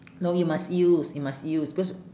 no you must use you must use because